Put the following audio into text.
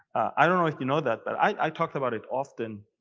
i know if you know that but i talk about it often.